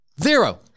Zero